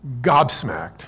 gobsmacked